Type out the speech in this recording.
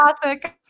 classic